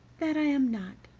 that i am not,